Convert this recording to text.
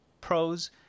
pros